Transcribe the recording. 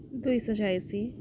ଦୁଇଶହ ଚାଳିଶ